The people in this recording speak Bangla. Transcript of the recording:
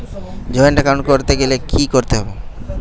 জয়েন্ট এ্যাকাউন্ট করতে গেলে কি করতে হবে?